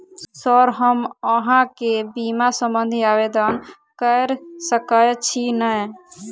Sir हम अहाँ केँ बीमा संबधी आवेदन कैर सकै छी नै?